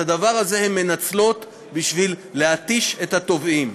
את הדבר הזה הן מנצלות בשביל להתיש את התובעים.